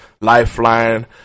Lifeline